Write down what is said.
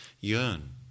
yearn